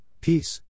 peace